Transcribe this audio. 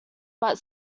but